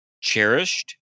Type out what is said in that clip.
Cherished